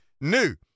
new